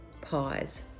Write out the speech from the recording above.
pause